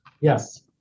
Yes